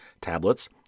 tablets